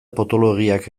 potoloegiak